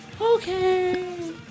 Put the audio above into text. okay